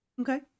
Okay